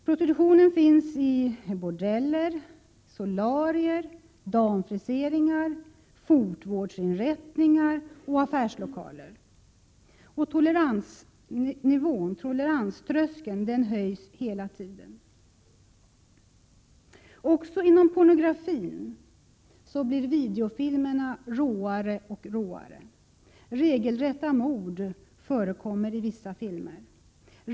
Prostitutionen finns i damfriseringar, fotvårdsinrättningar, solarier och affärslokaler. Toleranströskeln höjs hela tiden. Också inom pornografin blir videofilmerna råare och råare. Regelrätta mord förekommer i vissa filmer.